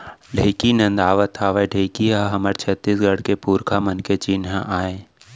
ढेंकी नदावत हावय ढेंकी ह हमर छत्तीसगढ़ के पुरखा मन के चिन्हा आय